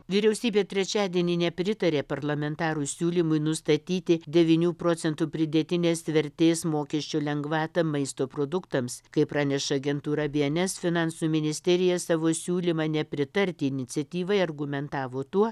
vyriausybė trečiadienį nepritarė parlamentarų siūlymui nustatyti devynių procentų pridėtinės vertės mokesčio lengvatą maisto produktams kaip praneša agentūra bns finansų ministerija savo siūlymą nepritarti iniciatyvai argumentavo tuo